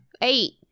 eight